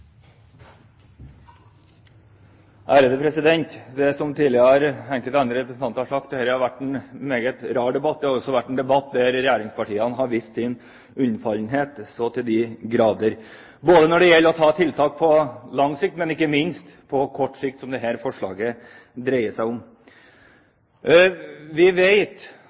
Som enkelte andre representanter har sagt tidligere, har dette vært en meget rar debatt. Det har også vært en debatt der regjeringspartiene så til de grader har vist sin unnfallenhet, både når det gjelder tiltak på lang sikt og ikke minst på kort sikt, som dette forslaget dreier seg om. Vi